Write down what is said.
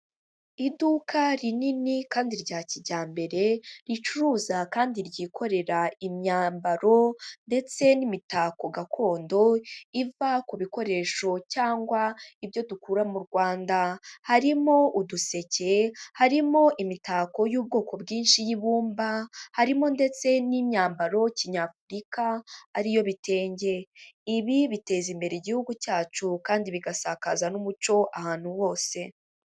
Iduka rinini kandi rya kijyambere, ricuruza kandi ryikorera imyambaro ndetse n'imitako gakondo iva ku bikoresho, cyangwa ibyo dukura mu Rwanda, harimo uduseke, harimo imitako y'ubwoko bwinshi y'ibumba, harimo ndetse n'imyambaro kinyafurika ari yo bitenge, ibi biteza imbere igihugu cyacu kandi bigasakaza n'umuco ahantu hose.